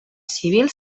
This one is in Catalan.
civil